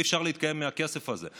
אי-אפשר להתקיים מהכסף הזה,